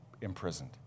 imprisoned